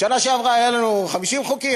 בשנה שעברה היו לנו 50 חוקים,